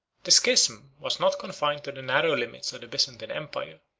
the schism was not confined to the narrow limits of the byzantine empire.